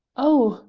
oh!